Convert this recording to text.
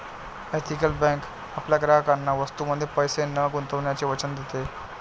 ethical bank आपल्या ग्राहकांना वस्तूंमध्ये पैसे न गुंतवण्याचे वचन देते